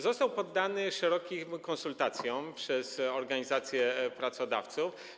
Został on poddany szerokim konsultacjom z organizacjami pracodawców.